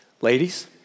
Ladies